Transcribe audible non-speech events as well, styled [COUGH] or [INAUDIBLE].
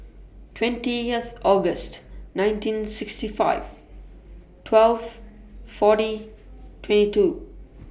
twentieth August nineteen sixty five twelve forty twenty two [NOISE]